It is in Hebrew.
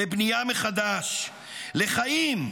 לבנייה מחדש, לחיים.